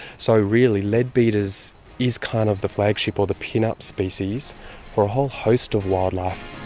so really, leadbeater's is kind of the flagship or the pinup species for a whole host of wildlife.